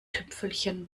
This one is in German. tüpfelchen